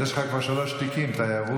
אז יש לך כבר שלושה תיקים: תיירות,